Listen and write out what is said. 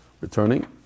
returning